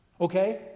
okay